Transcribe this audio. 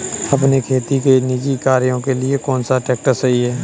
अपने खेती के निजी कार्यों के लिए कौन सा ट्रैक्टर सही है?